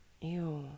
Ew